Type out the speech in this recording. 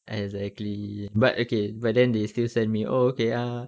exactly but okay but then they still send me oh okay ah